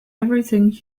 everything